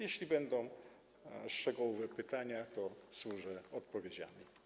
Jeśli będą szczegółowe pytania, to służę odpowiedziami.